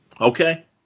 Okay